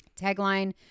tagline